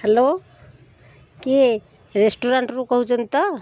hello କିଏ ରେଷ୍ଟୁରାଣ୍ଟରୁ କହୁଛନ୍ତି ତ